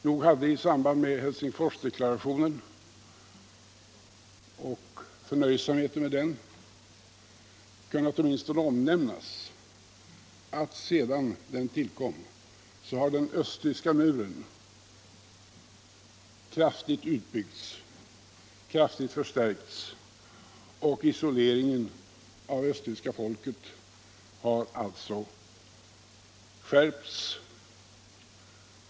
Nog hade i samband med Helsingforsdeklarationen och förnöjsamheten med den åtminstone kunnat omnämnas att sedan den deklarationen tillkom har den östtyska muren kraftigt utbyggts och kraftigt förstärkts, och isoleringen av östtyska folket har alltså skärpts.